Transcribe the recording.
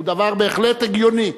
הוא דבר בהחלט הגיוני.